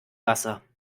wasser